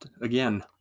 again